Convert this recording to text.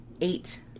eight